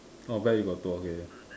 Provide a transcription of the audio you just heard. oh bear you got two okay okay